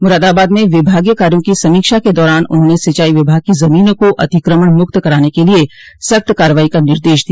मूरादाबाद में विभागीय कार्यो की समीक्षा के दौरान उन्होंने सिंचाई विभाग की जमीनों को अतिक्रमण मुक्त कराने के लिये सख्त कार्रवाई का निर्देश दिया